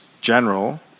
general